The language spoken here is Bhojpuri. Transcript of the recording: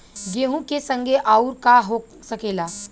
गेहूँ के संगे आऊर का का हो सकेला?